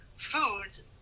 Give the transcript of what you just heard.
foods